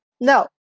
no